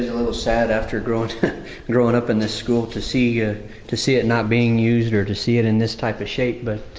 a little sad after growing growing up in this school to see ah to see it not being used or to see it in this type of shape but,